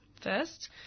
first